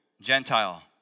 Gentile